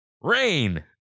Rain